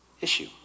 issue